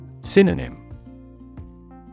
Synonym